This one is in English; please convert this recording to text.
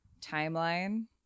timeline